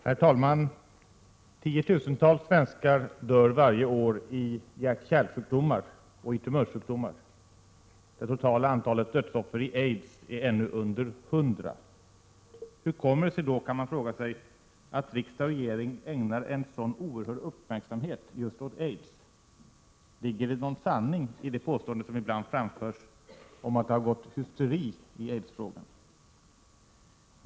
Herr talman! Tiotusentals svenskar dör varje år i hjärt-kärlsjukdomar och tumörsjukdomar. Det totala antalet dödsoffer i aids är ännu under hundra. Hur kommer det sig då, kan man fråga sig, att riksdag och regering ägnar en sådan oerhörd uppmärksamhet åt just aids? Ligger det någon sanning i det påstående som ibland framförs att det har gått hysteri i aidsfrågan?